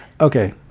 okay